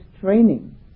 training